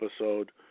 episode